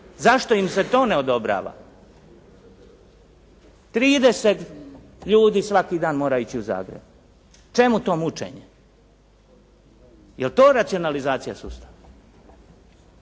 Zašto im se to ne odobrava? 30 ljudi svaki dan mora ići u Zagreb. Čemu to mučenje? Jeli to racionalizacija sustava?